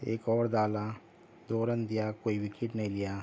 ایک اوور ڈالا دو رن دیا کوئی وکٹ نہیں دیا